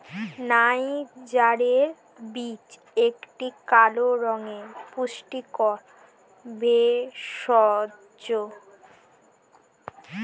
নাইজারের বীজ একটি কালো রঙের পুষ্টিকর ভেষজ